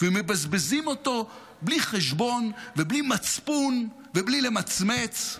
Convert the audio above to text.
ומבזבזים אותו בלי חשבון ובלי מצפון ובלי למצמץ.